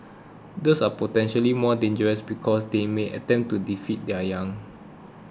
these are potentially more dangerous because they may attempt to defend their young